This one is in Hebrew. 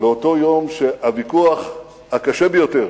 לאותו יום שהוויכוח הקשה ביותר